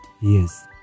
yes